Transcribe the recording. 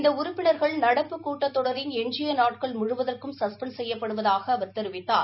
இந்த உறுப்பினர்கள் நடப்பு கூட்டத்தொடரின் எஞ்கிய நாட்கள் முழுவதற்கும் சஸ்பெண்ட் செய்யப்படுவதாக அவர் தெரிவித்தார்